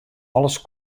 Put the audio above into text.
alles